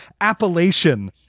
appellation